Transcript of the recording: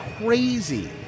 crazy